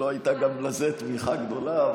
שלא הייתה גם לזה תמיכה גדולה,